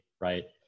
Right